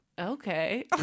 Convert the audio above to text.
okay